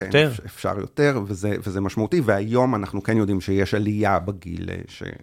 אפשר יותר וזה משמעותי, והיום אנחנו כן יודעים שיש עלייה בגיל...